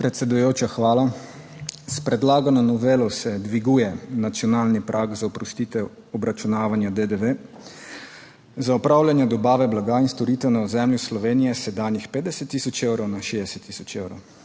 Predsedujoča, hvala. S predlagano novelo se dviguje nacionalni prag za oprostitev obračunavanja DDV za opravljanje dobave blaga in storitev na ozemlju Slovenije s sedanjih 50000 evrov na 60000 evrov.